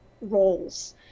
roles